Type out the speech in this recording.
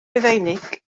rufeinig